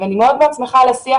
אני מאוד שמחה על השיח,